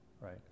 right